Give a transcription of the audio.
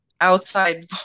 outside